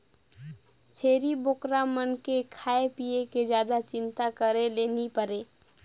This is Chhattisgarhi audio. छेरी बोकरा मन के खाए पिए के जादा चिंता करे ले नइ परे